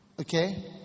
Okay